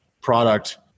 product